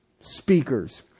speakers